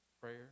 prayer